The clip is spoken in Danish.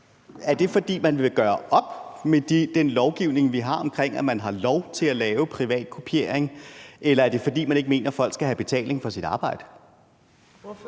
er det, fordi man vil gøre op med den lovgivning, vi har, om, at man har lov til at lave privat kopiering, eller er det, fordi man ikke mener, at folk skal have betaling for deres arbejde?